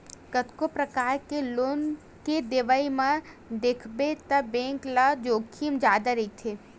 कतको परकार के लोन के देवई म देखबे त बेंक ल जोखिम जादा रहिथे